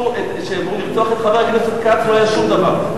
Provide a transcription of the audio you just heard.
כשאיימו לרצוח את חבר הכנסת כץ, לא היה שום דבר.